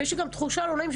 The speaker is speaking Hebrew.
ויש לי גם תחושה לא נעים,